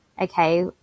okay